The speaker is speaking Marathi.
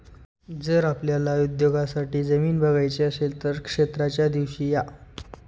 जर आपल्याला उद्योगासाठी जमीन बघायची असेल तर क्षेत्राच्या दिवशी या